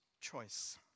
choice